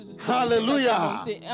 Hallelujah